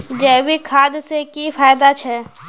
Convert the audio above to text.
जैविक खाद से की की फायदा छे?